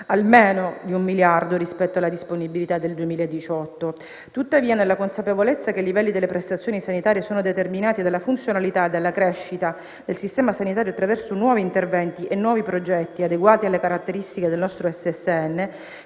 almeno di un miliardo di euro rispetto alla disponibilità del 2018. Tuttavia, nella consapevolezza che i livelli delle prestazioni sanitarie sono determinati dalla funzionalità e dalla crescita del sistema sanitario attraverso nuovi interventi e nuovi progetti, adeguati alle caratteristiche del nostro